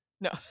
No